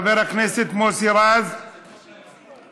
חבר הכנסת מוסי רז מוותר,